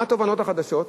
מה התובנות החדשות?